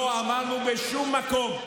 לא אמרנו בשום מקום,